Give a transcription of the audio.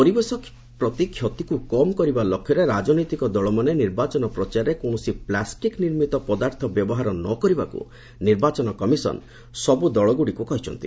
ପରିବେଶ ପ୍ରତି କ୍ଷତିକୁ କମ୍ କରିବା ଲକ୍ଷ୍ୟରେ ରାଜନୈତିକ ଦଳମାନେ ନିର୍ବାଚନ ପ୍ରଚାରରେ କୌଣସି ପ୍ଲାଷ୍ଟିକ୍ ନିର୍ମିତ ପଦାର୍ଥ ବ୍ୟବହାର ନ କରିବାକୁ ନିର୍ବାଚନ କମିଶନ୍ ସବୁ ଦଳଗୁଡ଼ିକୁ କହିଛି